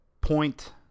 point